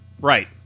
Right